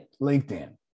LinkedIn